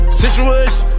situation